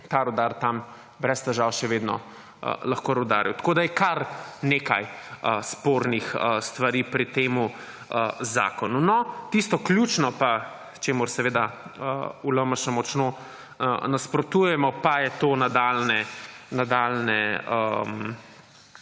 ta rudar tam brez težave š vedno lahko rudaril. Tako da je kar nekaj spornih stvari pri tem zakonu. No, tisto ključno pa, čemur seveda v LMŠ močno nasprotujemo pa je to nadaljnjo